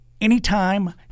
Anytime